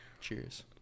Cheers